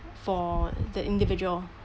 for the individual